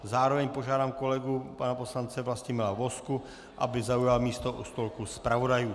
Zároveň požádám kolegu pana poslance Vlastimila Vozku, aby zaujal místo u stolku zpravodajů.